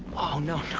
no, no.